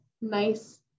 nice